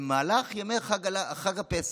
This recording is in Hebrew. במהלך ימי חג הפסח,